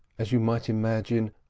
as you might imagine,